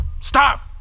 Stop